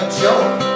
joke